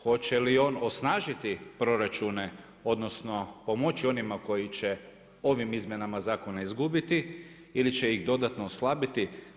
Hoće li on osnažiti proračune odnosno pomoći onima koji će ovim izmjenama zakona izgubiti ili će ih dodatno oslabiti?